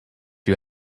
you